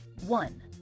One